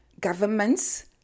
governments